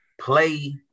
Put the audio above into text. play